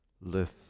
lift